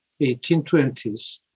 1820s